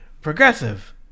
Progressive